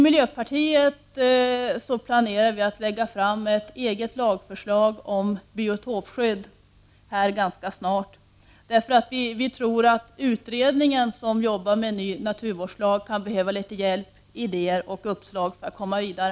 Miljöpartiet planerar att ganska snart lägga fram ett eget lagförslag om biotopskydd. Vi tror nämligen att den utredning som arbetar med en ny naturvårdslag kan behöva litet hjälp, idéer och uppslag för att komma vidare.